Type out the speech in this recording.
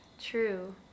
True